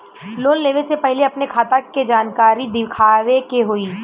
Loan लेवे से पहिले अपने खाता के जानकारी दिखावे के होई?